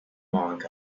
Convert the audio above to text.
monk